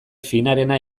finarena